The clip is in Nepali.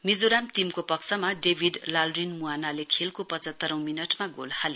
मिजोरम टीमको पक्षमा डेभिड लालरिनमुआनाले खेलको पचहत्तरौं मिनटमा गोल हाले